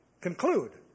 conclude